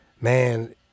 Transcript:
Man